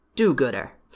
do-gooder